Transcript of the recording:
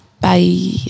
Bye